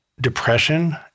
depression